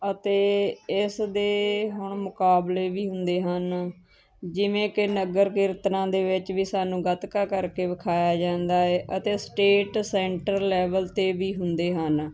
ਅਤੇ ਇਸ ਦੇ ਹੁਣ ਮੁਕਾਬਲੇ ਵੀ ਹੁੰਦੇ ਹਨ ਜਿਵੇਂ ਕਿ ਨਗਰ ਕੀਰਤਨਾਂ ਦੇ ਵਿੱਚ ਵੀ ਸਾਨੂੰ ਗਤਕਾ ਕਰਕੇ ਵਿਖਾਇਆ ਜਾਂਦਾ ਹੈ ਅਤੇ ਸਟੇਟ ਸੈਂਟਰ ਲੈਵਲ 'ਤੇ ਵੀ ਹੁੰਦੇ ਹਨ